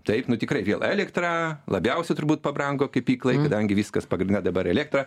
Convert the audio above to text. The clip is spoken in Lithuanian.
taip nu tikrai vėl elektra labiausia turbūt pabrango kepyklai kadangi viskas pagrinde dabar elektra